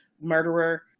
murderer